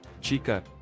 Chica